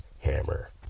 hammer